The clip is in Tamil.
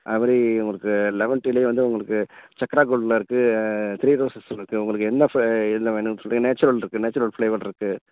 அதே மாதிரி உங்களுக்கு லெமன் டீலையே வந்து உங்களுக்கு சக்ரா கோல்டில் இருக்கு த்ரீ ரோஸஸில் இருக்கு உங்களுக்கு என்ன ஃபே இதில் வேணுன்னு சொல்லிடிங்கன்னா நேச்சுரல் இருக்கு நேச்சுரல் ஃப்ளேவர் இருக்கு